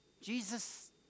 Jesus